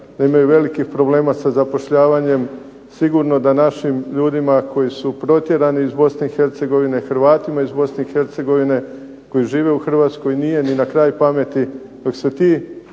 da imaju velikih problema sa zapošljavanjem, sigurno da našim ljudima koji su protjerani iz Bosne i Hercegovine, Hrvatima iz BIH koji žive u Hrvatskoj nije ni na kraj pameti dok se ti